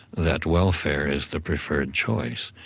that welfare is the preferred choice.